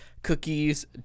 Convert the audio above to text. Cookies